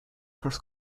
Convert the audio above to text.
horse